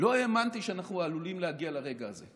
לא האמנתי שאנחנו עלולים להגיע לרגע הזה.